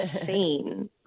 insane